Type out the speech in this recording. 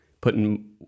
putting